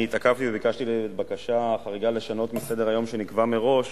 אני התעכבתי וביקשתי בקשה חריגה לשנות את סדר-היום שנקבע מראש